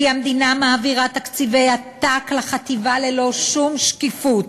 כי המדינה מעבירה תקציבי עתק לחטיבה ללא שום שקיפות.